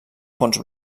fons